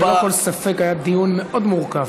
ואז, ללא כל ספק היה דיון מאוד מורכב.